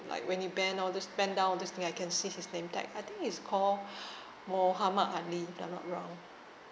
like when he bend all this bend down all this thing I can see his name tag I think he's call mohammad ali if I'm not wrong